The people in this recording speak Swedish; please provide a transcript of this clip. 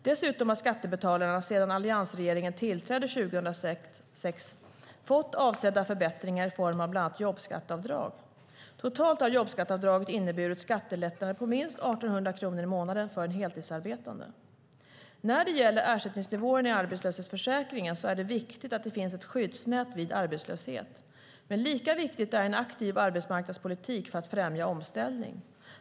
Dessutom har skattebetalarna sedan alliansregeringen tillträdde 2006 fått avsevärda förbättringar i form av bland annat jobbskatteavdrag. Totalt har jobbskatteavdraget inneburit skattelättnader på minst 1 800 kronor i månaden för en heltidsarbetande. När det gäller ersättningsnivåerna i arbetslöshetsförsäkringen är det viktigt att det finns ett skyddsnät vid arbetslöshet, men lika viktig är en aktiv arbetsmarknadspolitik för att främja omställning.